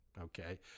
okay